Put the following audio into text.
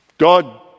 God